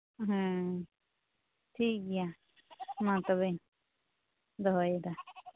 ᱦᱮᱸ ᱴᱷᱤᱠᱜᱮᱭᱟ ᱢᱟ ᱛᱚᱵᱮᱧ ᱫᱚᱦᱚᱭᱮᱫᱟ